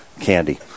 candy